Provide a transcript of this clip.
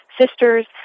sisters